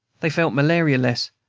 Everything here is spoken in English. they felt malaria less,